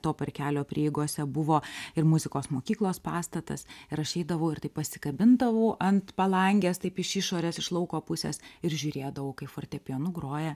to parkelio prieigose buvo ir muzikos mokyklos pastatas ir aš eidavau ir taip pasikabindavau ant palangės taip iš išorės iš lauko pusės ir žiūrėdavau kaip fortepijonu groja